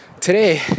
Today